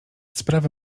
sprawy